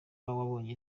yabonye